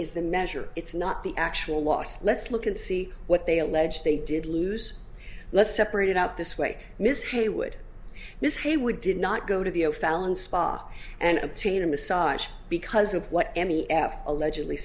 is the measure it's not the actual loss let's look and see what they allege they did lose let's separate it out this way miss hannay would miss heywood did not go to the o'fallon spa and obtain a massage because of what any app allegedly